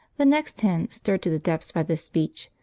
the next hen, stirred to the depths by this speech,